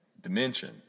dimension